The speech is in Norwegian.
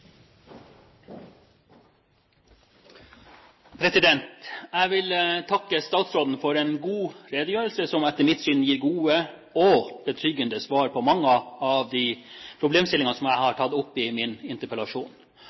Jeg vil takke statsråden for en god redegjørelse, som etter mitt syn gir gode og betryggende svar på mange av de problemstillingene som jeg tok opp i min interpellasjon.